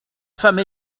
femme